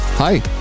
Hi